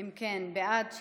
להעביר את